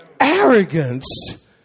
Arrogance